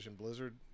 Blizzard